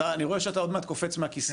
אתה, אני רואה שאתה עוד מעט קופץ מהכיסא.